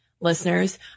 listeners